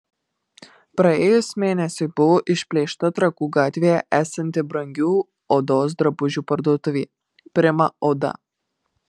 praėjus mėnesiui buvo išplėšta trakų gatvėje esanti brangių odos drabužių parduotuvė prima oda